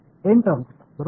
N terms बरोबर